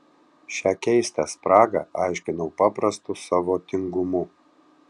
šią keistą spragą aiškinau paprastu savo tingumu